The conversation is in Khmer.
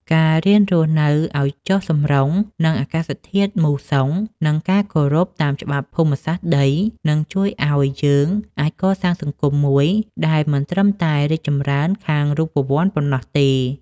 ការរៀនរស់នៅឱ្យចុះសម្រុងនឹងអាកាសធាតុមូសុង និងការគោរពតាមច្បាប់ភូមិសាស្ត្រដី នឹងជួយឱ្យយើងអាចកសាងសង្គមមួយដែលមិនត្រឹមតែរីកចម្រើនខាងរូបវន្តប៉ុណ្ណោះទេ។